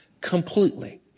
completely